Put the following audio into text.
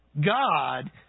God